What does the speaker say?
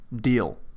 Deal